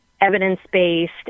evidence-based